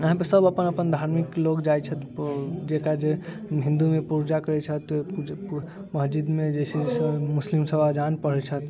अहाँके सभ अपन अपन धार्मिक लोक जाइ छथि जेतय जे हिन्दूमे पूजा करै छथि मस्जिदमे जइसे सभ मुस्लिम सभ अजान पढ़ै छथि